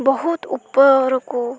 ବହୁତ ଉପରକୁ